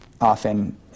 often